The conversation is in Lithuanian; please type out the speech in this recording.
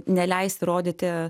neleis rodyti